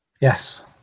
Yes